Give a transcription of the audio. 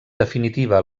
definitiva